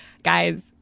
guys